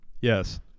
Yes